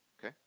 okay